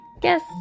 guess